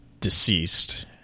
deceased